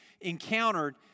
encountered